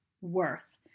worth